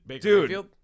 Dude